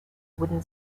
wooden